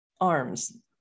arms